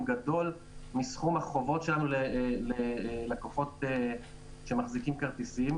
הוא גדול מסכום החובות שלנו ללקוחות שמחזיקים כרטיסים.